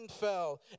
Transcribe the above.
fell